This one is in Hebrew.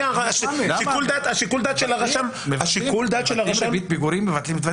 שיקול הדעת של הרשם --- ריבית פיגורים מבטלים?